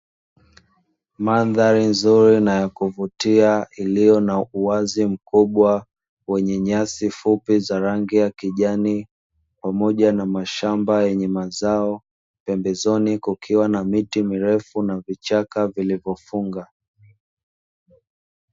Mandhari nzuri na yakuvutia iliyo na uwazi mkubwa wenye nyasi fupi za rangi ya kijani pamoja na mashamba yenye mazao, pembezoni kukiwa na miti mirefu na vichaka vilivyofunga.